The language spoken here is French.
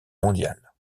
mondiales